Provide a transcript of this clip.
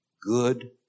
good